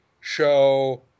show